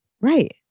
Right